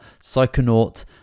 psychonaut